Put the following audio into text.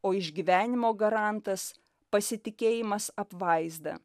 o išgyvenimo garantas pasitikėjimas apvaizda